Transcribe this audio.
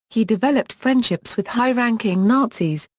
he developed friendships with high-ranking nazis,